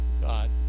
God